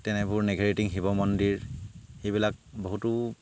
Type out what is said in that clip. তেনেবোৰ নেঘেৰিটিং শিৱ মন্দিৰ সেইবিলাক বহুতো